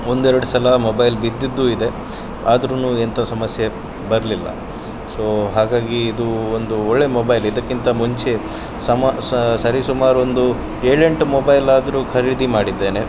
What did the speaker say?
ಒಂದೆರಡು ಸಲ ಮೊಬೈಲ್ ಬಿದ್ದಿದ್ದು ಇದೆ ಆದರೂ ಎಂಥ ಸಮಸ್ಯೆ ಬರಲಿಲ್ಲ ಸೊ ಹಾಗಾಗಿ ಇದು ಒಂದು ಒಳ್ಳೆ ಮೊಬೈಲ್ ಇದಕ್ಕಿಂತ ಮುಂಚೆ ಸಮ ಸರಿ ಸುಮಾರು ಒಂದು ಏಳೆಂಟು ಮೊಬೈಲ್ ಆದರೂ ಖರೀದಿ ಮಾಡಿದ್ದೇನೆ